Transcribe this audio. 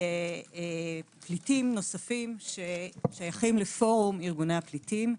פליטים נוספים ששייכים לפורום ארגוני הפליטים.